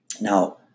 Now